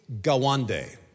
Gawande